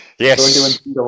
Yes